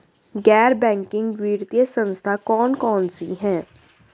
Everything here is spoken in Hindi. गैर बैंकिंग वित्तीय संस्था कौन कौन सी हैं?